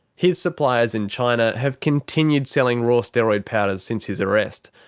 his suppliers in china have continued selling raw steroid powders since his arrest,